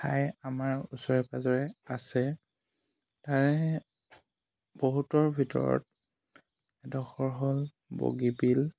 ঠাই আমাৰ ওচৰে পাঁজৰে আছে তাৰে বহুতৰ ভিতৰত এডোখৰ হ'ল বগীবিল